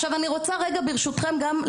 ברשותכם,